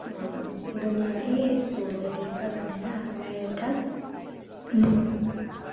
दुनियाँमा ए यस्तो हुँदै रहेछ भनेर हामीलाई एउटा मनमा हुन्छ